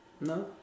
No